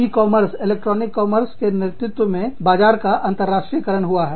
ई commerce electronic commerce के नेतृत्व में व्यापार का अंतरराष्ट्रीय करण हुआ है